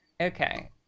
Okay